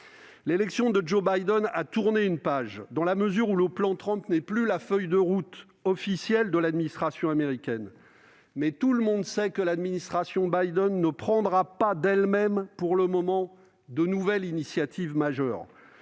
L'élection de Joe Biden a tourné une page, dans la mesure où le plan Trump n'est plus la feuille de route officielle de l'administration américaine. Mais tout le monde sait que l'administration Biden ne prendra pas d'elle-même, pour le moment, d'initiative majeure.